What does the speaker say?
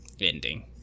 ending